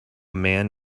man